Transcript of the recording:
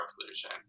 pollution